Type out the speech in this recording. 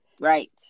right